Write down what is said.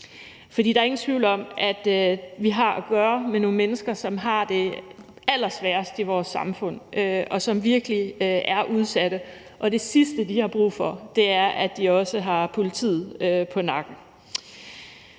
der er ingen tvivl om, at vi har at gøre med nogle mennesker, som har det allersværest i vores samfund, og som virkelig er udsatte, og det sidste, de har brug for, er, at de også har politiet på nakken.